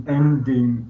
ending